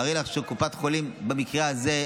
תארי לך שקופת החולים במקרה הזה,